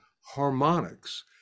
harmonics